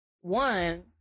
One